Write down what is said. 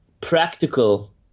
practical